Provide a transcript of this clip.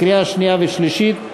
לקריאה שנייה ולקריאה שלישית.